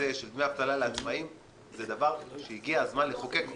עניין דמי האבטלה לעצמאים הוא דבר שהגיע הזמן לחוקק אותו.